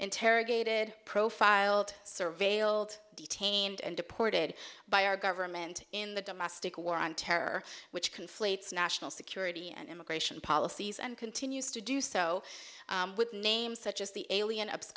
interrogated profiled surveilled detained and deported by our government in the domestic war on terror which conflates national security and immigration policies and continues to do so with names such as the alien